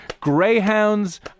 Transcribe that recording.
greyhounds